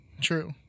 True